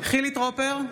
חילי טרופר,